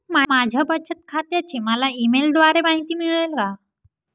माझ्या बचत खात्याची मला ई मेलद्वारे माहिती मिळेल का?